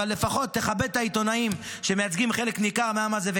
אבל לפחות תכבד את העיתונאים שמייצגים חלק ניכר מהעם הזה.